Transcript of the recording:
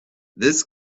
this